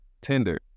Tinder